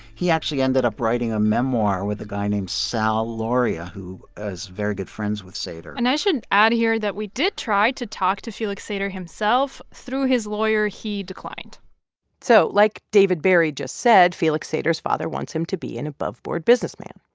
he actually ended up writing a memoir with a guy named sal lauria, who is very good friends with sater and i should add here that we did try to talk to felix sater himself. through his lawyer, he declined so like david barry just said, felix sater's father wants him to be an above-board businessman.